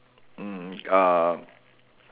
mm uh